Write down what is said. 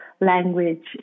language